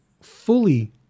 fully